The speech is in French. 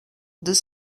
deux